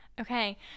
Okay